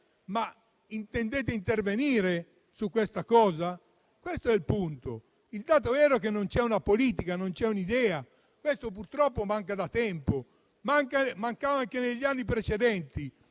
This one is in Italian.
se intendete intervenire su questo: il punto è questo. Il dato vero è che non c'è una politica, non c'è un'idea, che purtroppo manca da tempo; mancava anche negli anni precedenti.